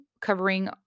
covering